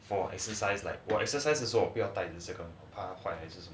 for exercise like 我 exercise 的时候比较带一些大一点